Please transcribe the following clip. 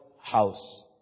house